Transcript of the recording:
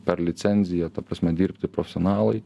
per licenziją ta prasme dirbti profesionalai